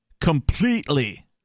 completely